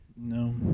No